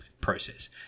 process